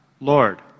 Lord